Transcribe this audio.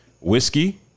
Whiskey